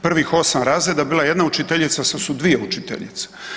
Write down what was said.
Prvih 8 razreda bila je 1 učiteljica, sad su 2 učiteljice.